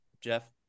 Jeff